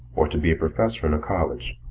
or to be a professor in a college,